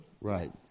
Right